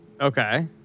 Okay